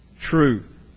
truth